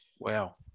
Wow